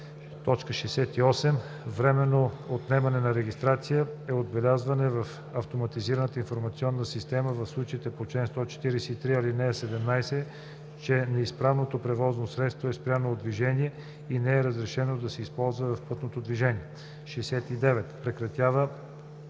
„68. „Временно отнемане на регистрация“ е отбелязване в автоматизираната информационна система в случаите по чл. 143, ал. 17, че неизправното превозно средство е спряно от движение и не е разрешено да се използва в пътното движение. 69. „Прекратяване